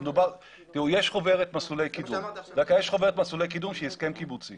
תראו, יש חוברת מסלולי קידום שהיא הסכם קיבוצי